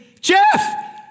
Jeff